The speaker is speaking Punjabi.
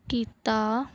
ਕੀਤਾ